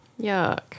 Yuck